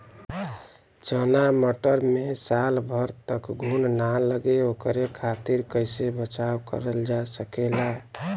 चना मटर मे साल भर तक घून ना लगे ओकरे खातीर कइसे बचाव करल जा सकेला?